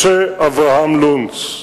משה אברהם לונץ.